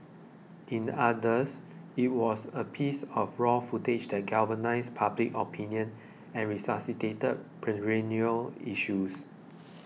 in others it was a piece of raw footage that galvanised public opinion and resuscitated perennial issues